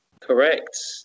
Correct